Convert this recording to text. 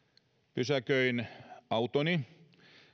pysäköin autoni